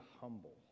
humble